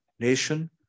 nation